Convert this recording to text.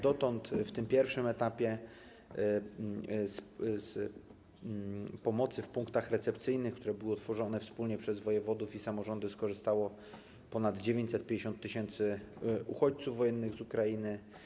Do tej pory w tym pierwszym etapie z pomocy w punktach recepcyjnych, które były utworzone wspólnie przez wojewodów i samorządy, skorzystało ponad 950 tys. uchodźców wojennych z Ukrainy.